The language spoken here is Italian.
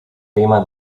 prima